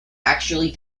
actually